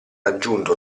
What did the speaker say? raggiunto